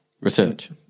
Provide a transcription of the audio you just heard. Research